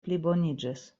pliboniĝis